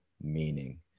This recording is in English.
meaning